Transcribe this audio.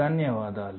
ధన్యవాదాలు